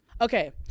okay